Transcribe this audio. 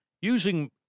using